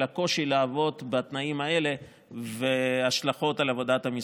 הקושי לעבוד בתנאים האלה וההשלכות על עבודת המשרד.